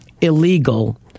illegal